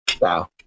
Wow